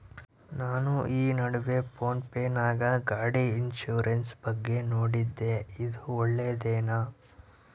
ನಾನು ಈ ನಡುವೆ ಫೋನ್ ಪೇ ನಾಗ ಗಾಡಿ ಇನ್ಸುರೆನ್ಸ್ ಬಗ್ಗೆ ನೋಡಿದ್ದೇ ಇದು ಒಳ್ಳೇದೇನಾ?